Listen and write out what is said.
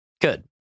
Good